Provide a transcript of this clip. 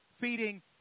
feeding